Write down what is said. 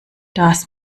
das